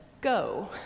Go